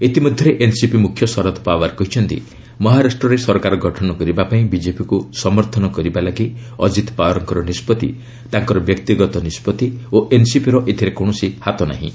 ଇତିମଧ୍ୟରେ ଏନ୍ସିପି ମୁଖ୍ୟ ଶରଦ ପାୱାର କହିଛନ୍ତି ମହାରାଷ୍ଟ୍ରରେ ସରକାର ଗଠନ କରିବା ପାଇଁ ବିଜେପିକୁ ସମର୍ଥନ କରିବା ଲାଗି ଅଜିତ ପାୱାରଙ୍କ ନିଷ୍ପଭି ତାଙ୍କର ବ୍ୟକ୍ତିଗତ ନିଷ୍ପଭି ଓ ଏନ୍ସିପିର ଏଥିରେ କୌଣସି ହାତ ନାହିଁ